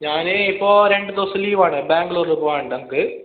ഞാൻ ഇപ്പോൾ രണ്ട് ദിവസം ദിവസം ലീവ് ആണ് ബാംഗ്ലൂരിൽ പോവാൻ ഉണ്ട് എനിക്ക്